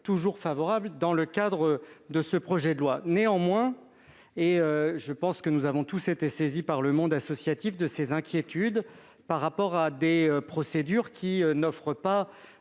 toujours le cas dans le cadre de ce projet de loi. Cependant, je pense que nous avons tous été saisis par le monde associatif de ses inquiétudes au regard de procédures qui n'offrent pas